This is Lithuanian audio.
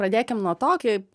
pradėkim nuo to kaip